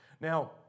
Now